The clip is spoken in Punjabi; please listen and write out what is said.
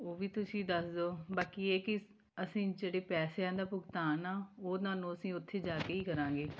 ਉਹ ਵੀ ਤੁਸੀਂ ਦੱਸ ਦਿਉ ਬਾਕੀ ਇਹ ਕਿ ਅਸੀਂ ਜਿਹੜੇ ਪੈਸਿਆਂ ਦਾ ਭੁਗਤਾਨ ਆ ਉਹ ਤੁਹਾਨੂੰ ਅਸੀਂ ਉੱਥੇ ਜਾ ਕੇ ਹੀ ਕਰਾਂਗੇ